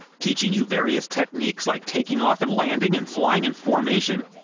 teaching you various techniques like taking off and landing, and flying in formation,